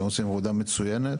והם עושים עבודה מצוינת.